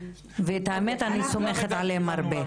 והאמת היא שאני סומכת עליהם מאוד.